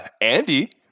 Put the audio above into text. andy